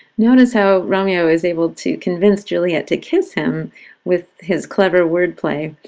notice how romeo is able to convince juliet to kiss him with his clever word-play,